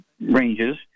ranges